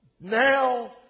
now